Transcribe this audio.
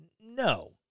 no